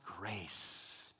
grace